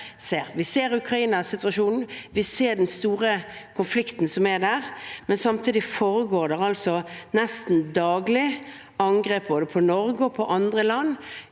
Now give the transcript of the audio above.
Vi ser Ukraina-situasjonen og den store konflikten som er der, men samtidig foregår det angrep nesten daglig, både på Norge og på andre land,